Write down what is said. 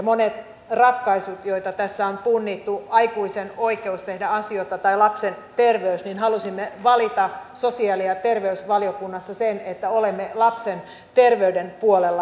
monissa ratkaisuissa joita tässä on punnittu aikuisen oikeus tehdä asioita tai lapsen terveys halusimme valita sosiaali ja terveysvaliokunnassa sen että olemme lapsen terveyden puolella